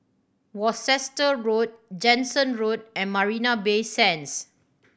Worcester Road Jansen Road and Marina Bay Sands